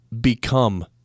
become